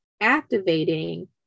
activating